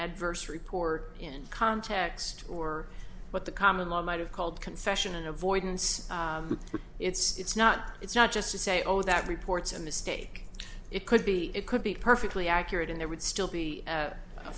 adverse report in context or what the common law might have called confession and avoidance but it's not it's not just to say oh that reports a mistake it could be it could be perfectly accurate and there would still be a